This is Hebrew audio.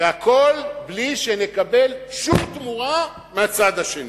והכול בלי שנקבל שום תמורה מהצד השני.